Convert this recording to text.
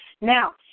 Now